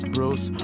Bruce